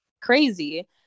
Crazy